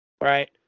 right